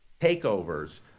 takeovers